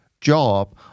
job